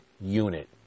unit